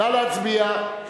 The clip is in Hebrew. נא להצביע.